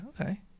Okay